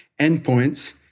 endpoints